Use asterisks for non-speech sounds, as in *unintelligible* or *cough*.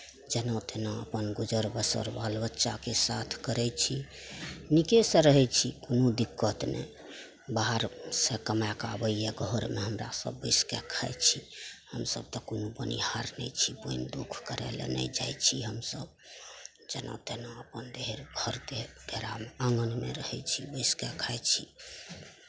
जेना तेना अपन गुजर बसर बाल बच्चाके साथ करै छी नीकेसँ रहै छी कोनो दिक्कत नहि बाहरसँ कमाए कऽ आबैए घरमे हमरा सभ बैसि कऽ खाइ छी हमसभ तऽ कोनो बोनिहार नहि छी बोनि दुख करय लए नहि जाइ छी हमसभ जेना तेना अपन देह भर देह *unintelligible* आङ्गनमे रहै छी बैसि कऽ खाइ छी